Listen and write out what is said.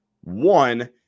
One